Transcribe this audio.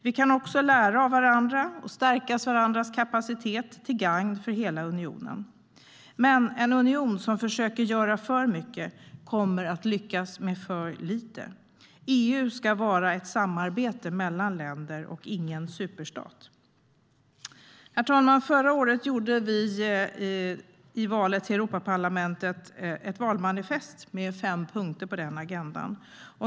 Vi kan också lära av varandra och stärka varandras kapacitet till gagn för hela unionen. Men en union som försöker göra för mycket kommer att lyckas med för lite. EU ska vara ett samarbete mellan länder och ingen superstat. Herr talman! Förra året gjorde vi i samband med valet till Europaparlamentet ett valmanifest. Det var fem punkter på den agendan.